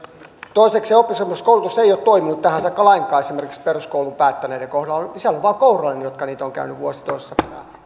toisekseen oppisopimuskoulutus ei ole toiminut tähän saakka lainkaan esimerkiksi peruskoulun päättäneiden kohdalla on vain kourallinen jotka niitä ovat käyneet vuosi toisensa perään